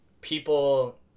people